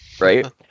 Right